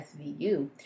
SVU